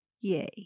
Yay